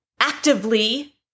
actively